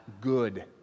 good